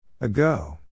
Ago